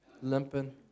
limping